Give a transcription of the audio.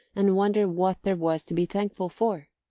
and wonder what there was to be thankful for.